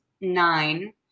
nine